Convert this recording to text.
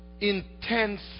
intense